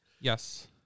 yes